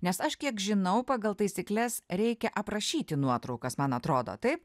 nes aš kiek žinau pagal taisykles reikia aprašyti nuotraukas man atrodo taip